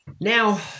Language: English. Now